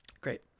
great